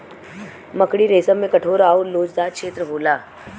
मकड़ी रेसम में कठोर आउर लोचदार छेत्र होला